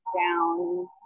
down